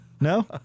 No